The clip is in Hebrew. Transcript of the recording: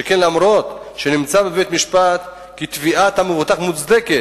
שכן אף שנמצא בבית-משפט כי תביעת המבוטח מוצדקת,